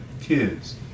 kids